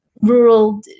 rural